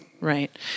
right